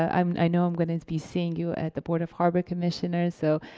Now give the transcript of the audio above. i know i'm gonna be seeing you at the board of harbor commissioners so